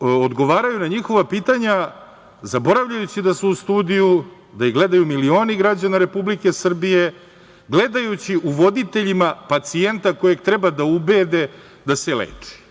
odgovaraju na njihova pitanja zaboravljajući da su u studiju, da ih gledaju milioni građana Republike Srbije, gledajući u voditeljima pacijenta kojeg treba da ubede da se leči.